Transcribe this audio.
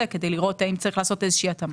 כדי לראות האם צריך לעשות איזושהי התאמה.